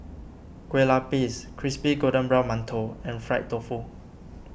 Kueh Lupis Crispy Golden Brown Mantou and Fried Tofu